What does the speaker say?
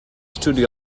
studio